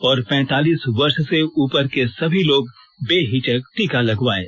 और पैंतालीस वर्ष से उपर के सभी लोग बेहिचक टीका लगवायें